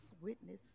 witness